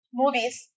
movies